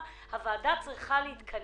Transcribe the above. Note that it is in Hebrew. שלא היה להם ייצוג בכנסת ולא היה להם